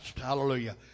Hallelujah